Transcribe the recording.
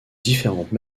différentes